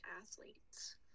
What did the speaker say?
athletes